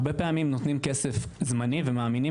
הרבה פעמים נותנים כסף זמני ומאמינים